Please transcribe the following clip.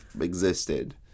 existed